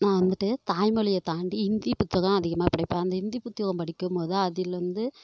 நான் வந்துட்டு தாய் மொழியைத்தாண்டி இந்தி புத்தகம் அதிகமாக படிப்பேன் அந்த இந்தி புத்தகம் படிக்கும்போது அதில் வந்து